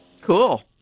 Cool